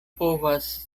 povas